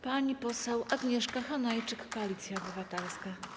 Pani poseł Agnieszka Hanajczyk, Koalicja Obywatelska.